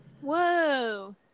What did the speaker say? Whoa